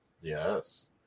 Yes